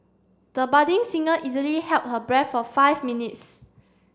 the budding singer easily held her breath for five minutes